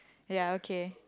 ya okay